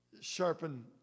sharpen